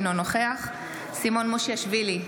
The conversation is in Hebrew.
אינו נוכח סימון מושיאשוילי,